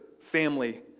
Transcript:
family